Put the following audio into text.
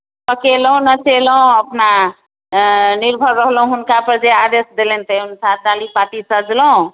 पकेलहुँ अकेलहुँ अपना निर्भर रहलहुँ हुनका पर जे आदेश देलनि ताहि अनुसार डाली पाटी सजलहुँ